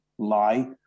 lie